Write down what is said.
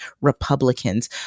Republicans